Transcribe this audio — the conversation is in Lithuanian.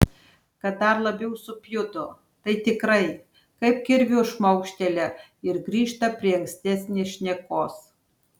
kad dar labiau supjudo tai tikrai kaip kirviu šmaukštelia ir grįžta prie ankstesnės šnekos